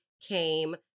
came